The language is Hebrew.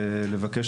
ולבקש